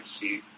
see